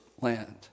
land